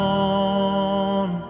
on